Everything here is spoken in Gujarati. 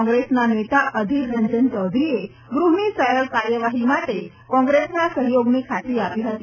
કોંગ્રેસના નેતા અધિર રંજન ચૌધરીએ ગુહની સરળ કાર્યવાહી માટે કોંગ્રેસના સહયોગની ખાતરી આપી હતી